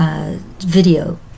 video